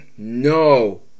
No